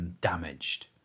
Damaged